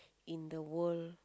in the world